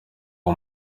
uwo